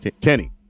Kenny